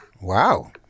Wow